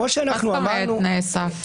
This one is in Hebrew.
מה זאת אומרת תנאי סף?